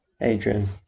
Adrian